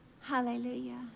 hallelujah